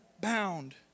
bound